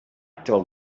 told